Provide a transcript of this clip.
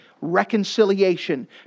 Reconciliation